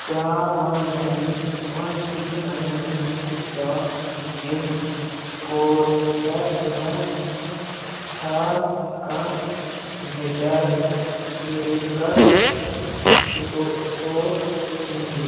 کیٛاہ one nine one three nine nine six seven pin codes مَنٛز چھا کانٛہہ مِڈل میڈکل سِٹو سور موجوٗ